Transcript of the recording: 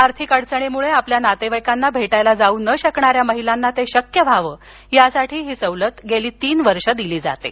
आर्थिक अडचणीमुळे आपल्या नातेवाईकांना भेटायला जाऊ न शकणाऱ्या महिलांना ते शक्य व्हावं यासाठी ही सवलत गेली तीन वर्ष दिली जात आहे